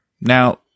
now